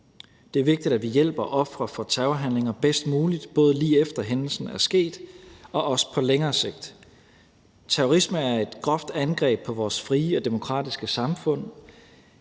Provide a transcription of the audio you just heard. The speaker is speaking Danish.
Det er vigtigt, at vi hjælper ofre for terrorhandlinger bedst muligt, både lige efter at hændelsen er sket, og også på længere sigt. Terrorisme er et groft angreb på vores frie og demokratiske samfund.